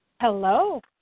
Hello